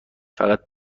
فقط